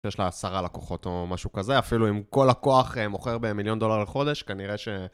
יש לה עשרה לקוחות או משהו כזה, אפילו אם כל לקוח מוכר במיליון דולר לחודש, כנראה ש...